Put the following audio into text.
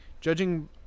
judging